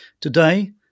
Today